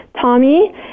Tommy